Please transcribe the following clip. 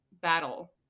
battle